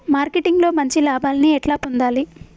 Marketing లో మంచి లాభాల్ని ఎట్లా పొందాలి?